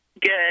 Good